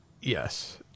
Yes